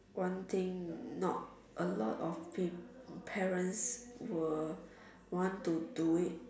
one thing not a lot of pa~ parents will want to do it